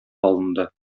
алынды